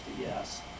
yes